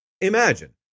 Imagine